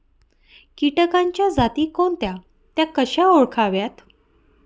किटकांच्या जाती कोणत्या? त्या कशा ओळखाव्यात?